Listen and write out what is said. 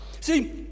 see